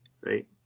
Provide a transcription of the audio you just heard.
Right